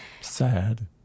sad